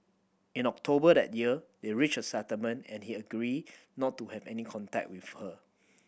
in October that year they reached a settlement and he agreed not to have any contact with her